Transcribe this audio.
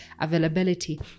availability